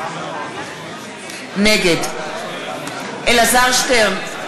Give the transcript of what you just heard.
נגד אלעזר שטרן,